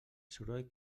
soroll